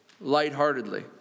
lightheartedly